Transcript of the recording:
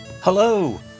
Hello